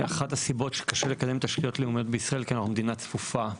אחת הסיבות שקשה לקדם תשתיות לאומיות בישראל כי אנחנו מדינה צפופה.